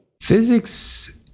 physics